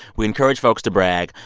we encourage folks to brag.